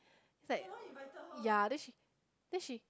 it's like yeah then she